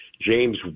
James